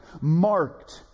marked